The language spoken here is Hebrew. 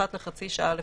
אחת לחצי שעה לפחות,